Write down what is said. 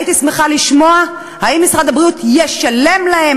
הייתי שמחה לשמוע אם משרד הבריאות ישלם להן